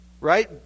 right